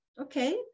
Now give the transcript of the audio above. okay